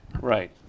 right